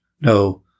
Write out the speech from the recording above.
no